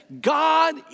God